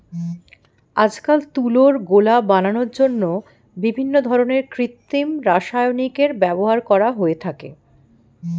আজকাল তুলোর গোলা বানানোর জন্য বিভিন্ন ধরনের কৃত্রিম রাসায়নিকের ব্যবহার করা হয়ে থাকে